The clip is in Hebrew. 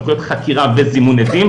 סמכויות חקירה וזימון עדים,